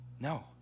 no